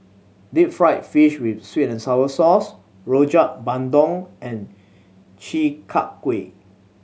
deep fried fish with sweet and sour sauce Rojak Bandung and Chi Kak Kuih